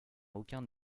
aucun